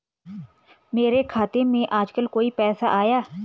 मेरे खाते में आजकल कोई पैसा आया?